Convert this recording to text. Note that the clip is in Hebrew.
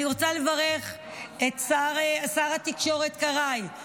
אני רוצה לברך את שר התקשורת קרעי,